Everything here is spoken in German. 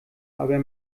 dabei